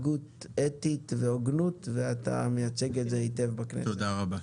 אתם מציגים שצריך לעשות תיקון חקיקה סדור,